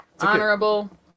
Honorable